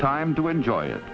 time to enjoy it